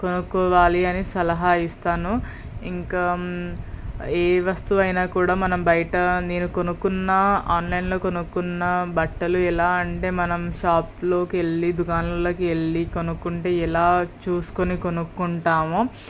కొనుక్కోవాలి అని సలహా ఇస్తాను ఇంకా ఏ వస్తువు అయినా కూడా మనం బయట నేను కొనుక్కున్నా ఆన్లైన్లో కొనుక్కున్నా బట్టలు ఎలా అంటే మనం షాప్లోకి వెళ్ళి దుకాణంలోకి వెళ్ళి కొనుక్కుంటే ఎలా చూసుకుని కొనుక్కుంటామో